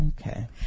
Okay